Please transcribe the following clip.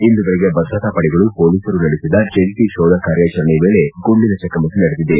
ಇಂದು ಬೆಳಗ್ಗೆ ಭದ್ರತಾ ಪಡೆಗಳು ಪೊಲೀಸರು ನಡೆಸಿದ ಜಂಟ ಶೋಧ ಕಾರ್ಯಾಚರಣೆ ವೇಳೆ ಗುಂಡಿನ ಚಕಮಕಿ ನಡೆದಿದೆ